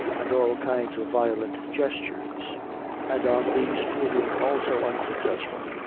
and all kinds of violent gestures and on these proving also unsuccessful,